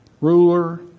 ruler